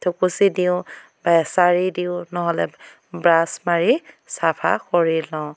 থুকুচি দিওঁ বা এছাৰি দিওঁ নহ'লে ব্ৰাছ মাৰি চাফা কৰি লওঁ